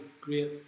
great